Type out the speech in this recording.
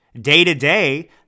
day-to-day